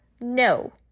no